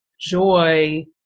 joy